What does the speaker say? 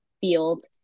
field